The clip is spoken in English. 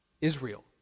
Israel